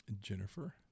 Jennifer